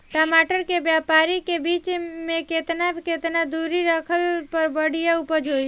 टमाटर के क्यारी के बीच मे केतना केतना दूरी रखला पर बढ़िया उपज होई?